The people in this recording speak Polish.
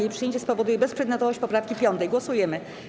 Jej przyjęcie spowoduje bezprzedmiotowość poprawki 5. Głosujemy.